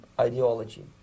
ideology